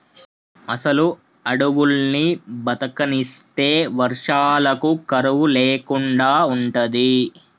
అసలు అడువుల్ని బతకనిస్తే వర్షాలకు కరువు లేకుండా ఉంటది